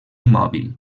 mòbil